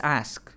ask